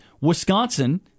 Wisconsin